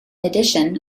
addition